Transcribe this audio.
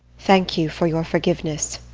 thank you for your forgiveness.